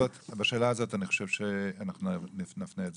את השאלה הזאת אני חושב שנפנה את זה